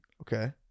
Okay